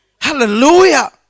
Hallelujah